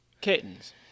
Kittens